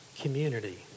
community